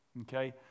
Okay